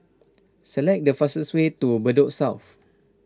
select the fastest way to Bedok South